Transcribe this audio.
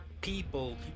people